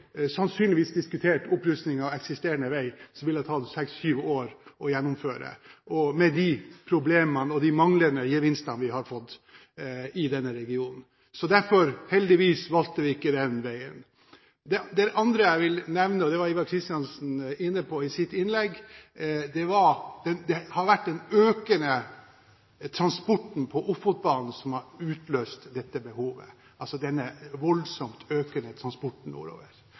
sannsynligvis diskutert opprustningen av eksisterende vei, som det ville tatt seks–syv år å gjennomføre, og med de problemene og de manglende gevinstene vi har fått i denne regionen. Så derfor – heldigvis – valgte vi ikke den veien. Det andre jeg vil nevne – og det var Ivar Kristiansen inne på i sitt innlegg – er at det har vært den økende transporten på Ofotbanen som har utløst dette behovet, altså den voldsomt økende transporten nordover.